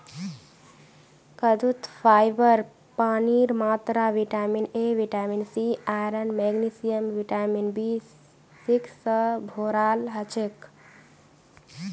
कद्दूत फाइबर पानीर मात्रा vitamin A vitamin C iron magnesium vitamin B six स भोराल हछेक